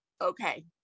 okay